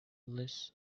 lists